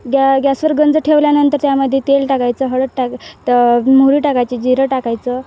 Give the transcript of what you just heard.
ग्या गॅसवर गंज ठेवल्यानंतर त्यामध्ये तेल टाकायचं हळद टाक त मोहरी टाकायची जिरं टाकायचं